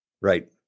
Right